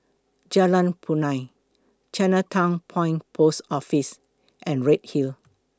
Jalan Punai Chinatown Point Post Office and Redhill